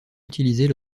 utiliser